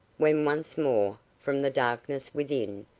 when once more, from the darkness within,